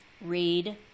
read